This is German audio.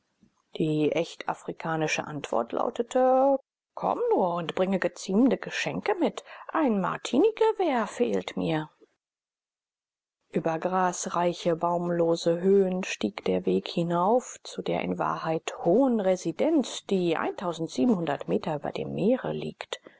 die echt afrikanische antwort lautete komm nur und bringe geziemende geschenke mit ein martinigewehr fehlt mir über grasreiche baumlose höhen stieg der weg hinauf zu der in wahrheit hohen residenz die meter über dem meere liegt